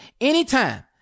anytime